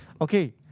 Okay